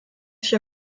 sich